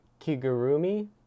Kigurumi